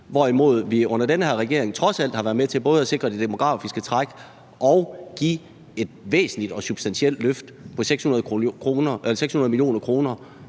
hvorimod vi under den her regering trods alt har været med til både at sikre det demografiske træk og give et væsentligt og substantielt løft på 600 mio. kr.